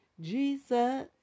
Jesus